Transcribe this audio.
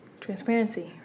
Transparency